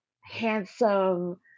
handsome